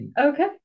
Okay